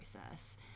process